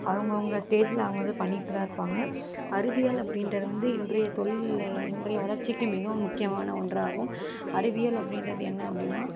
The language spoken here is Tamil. அவங்கவுங்க ஸ்டேஜில அவங்க இதை பண்ணிட்டுதான் இருப்பாங்கள் அறிவியல் அப்படின்றதை வந்து இன்றைய தொழில்ல இன்றைய வளர்ச்சிக்கு மிகவும் முக்கியமான ஒன்றாகும் அறிவியல் அப்படின்றது என்ன அப்படின்னா